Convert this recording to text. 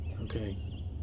Okay